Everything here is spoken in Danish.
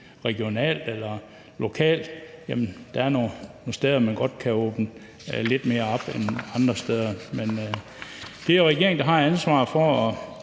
regionalt eller lokalt, for der er nogle steder, man godt kan åbne lidt mere op end andre steder. Men det er jo regeringen, der har ansvaret for